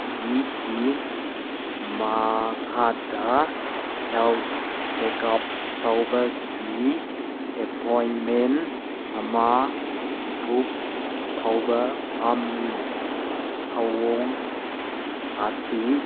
ꯒꯤ ꯀꯤ ꯃꯈꯥꯗ ꯍꯦꯜꯠ ꯆꯦꯛ ꯑꯞ ꯇꯧꯕꯒꯤ ꯑꯦꯄꯣꯏꯟꯃꯦꯟ ꯑꯃ ꯕꯨꯛ ꯇꯧꯕ ꯄꯥꯝꯃꯤ ꯊꯧꯑꯣꯡ ꯑꯁꯤ